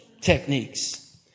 techniques